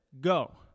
go